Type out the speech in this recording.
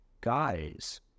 guys